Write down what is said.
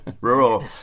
Rural